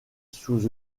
sous